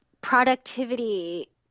productivity